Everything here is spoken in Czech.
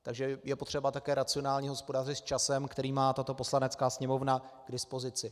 Takže je potřeba také racionálně hospodařit s časem, který má Poslanecká sněmovna k dispozici.